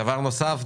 דבר נוסף,